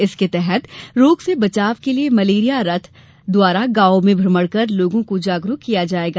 इसके तहत रोग से बचाव के लिये मलेरिया रथ द्वारा गांवों में भ्रमण कर लोगों को जागरूक किया जायेगा